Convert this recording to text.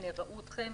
הנה ראו אתכם,